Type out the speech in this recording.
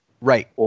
Right